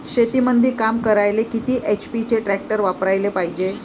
शेतीमंदी काम करायले किती एच.पी चे ट्रॅक्टर वापरायले पायजे?